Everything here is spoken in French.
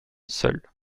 seul